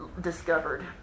discovered